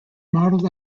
modeled